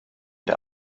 der